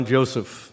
Joseph